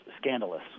scandalous